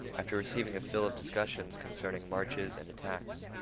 after receiving a fill of discussions concerning marches and attacks,